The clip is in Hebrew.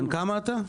בן כמה אתה?